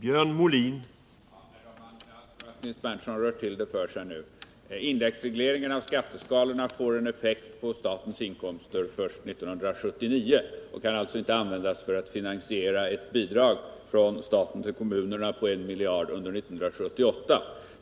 Herr talman! Nils Berndtson rörde till det för sig. Indexregleringen av skatteskalorna får effekt på statens inkomster först 1979 och kan alltså inte användas för att finansiera ett bidrag från staten till kommunerna på 1 miljard kronor under 1978.